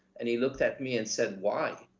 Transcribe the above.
and he looked at me and said, why?